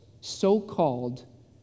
so-called